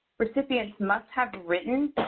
recipients must have written,